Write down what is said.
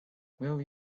will